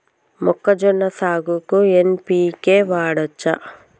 మొక్కజొన్న సాగుకు ఎన్.పి.కే వాడచ్చా?